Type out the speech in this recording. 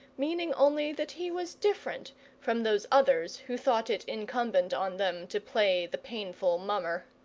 meaning only that he was different from those others who thought it incumbent on them to play the painful mummer.